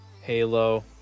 Halo